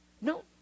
No